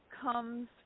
comes